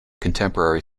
contemporary